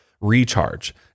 recharge